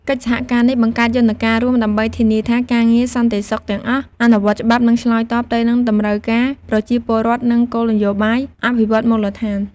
កិច្ចសហការនេះបង្កើតយន្តការរួម ដើម្បីធានាថាការងារសន្តិសុខទាំងអនុវត្តច្បាប់ និងឆ្លើយតបទៅនឹងតម្រូវការប្រជាពលរដ្ឋ និងគោលនយោបាយអភិវឌ្ឍន៍មូលដ្ឋាន។